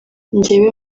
njyewe